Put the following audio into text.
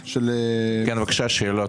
שאלות.